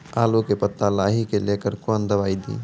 आलू के पत्ता लाही के लेकर कौन दवाई दी?